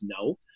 No